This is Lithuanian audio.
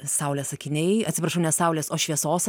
saulės akiniai atsiprašau ne saulės o šviesos